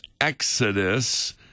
exodus